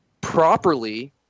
properly